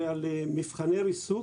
זה על מבחני ריסוק,